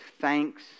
thanks